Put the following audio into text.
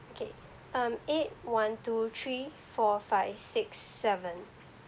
okay um eight one two three four five six seven